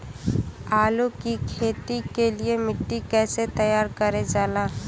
आलू की खेती के लिए मिट्टी कैसे तैयार करें जाला?